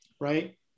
right